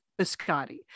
biscotti